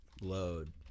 load